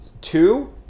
Two